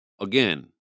again